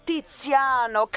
Tiziano